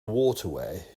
waterway